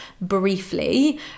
briefly